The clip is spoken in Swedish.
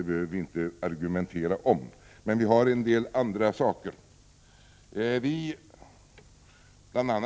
Vi behöver således inte argumentera om det, men det finns en del andra frågor att diskutera. Bl.